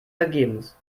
vergebens